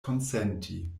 konsenti